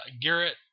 Garrett